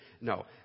No